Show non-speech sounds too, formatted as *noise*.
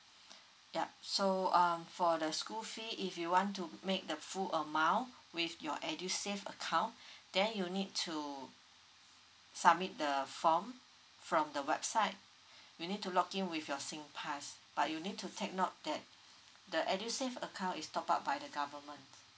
*breath* yup so um for the school fee if you want to make the full amount with your edusave account *breath* then you need to submit the form from the website *breath* you need to log in with your singpass but you need to take note that the edusave account is top up by the government